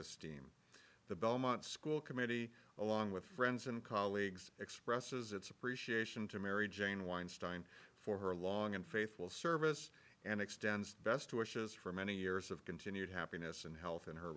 esteem the belmont school committee along with friends and colleagues expresses its appreciation to mary jane weinstein for her long and faithful service and extends best wishes for many years of continued happiness and health in her